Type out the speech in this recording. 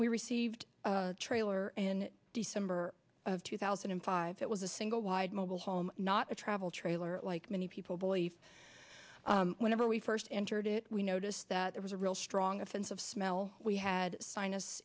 we received trailer in december of two thousand and five it was a single wide mobile home not a travel trailer like many people belief whenever we first entered it we noticed that there was a real strong offensive smell we had sinus